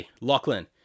Lachlan